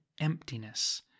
emptiness